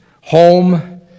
home